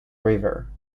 river